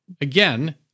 again